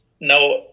Now